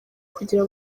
kugira